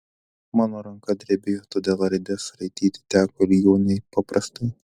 mano ranka drebėjo todėl raides raityti teko ilgiau nei paprastai